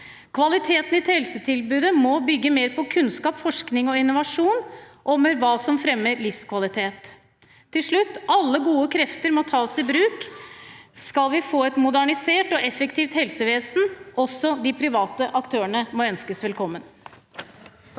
Kvaliteten i helsetilbudet må bygge mer på kunnskap, forskning og innovasjon og på hva som fremmer livskvalitet. Til slutt: Alle gode krefter må tas i bruk, skal vi få et modernisert og effektivt helsevesen. Også de private aktørene må ønskes velkommen.